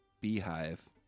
beehive